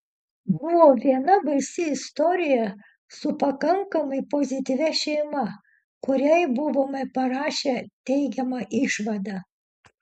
buvo viena baisi istorija su pakankamai pozityvia šeima kuriai buvome parašę teigiamą išvadą